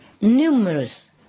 numerous